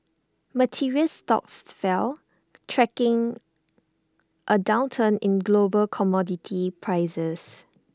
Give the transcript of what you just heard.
materials stocks fell tracking A downturn in global commodity prices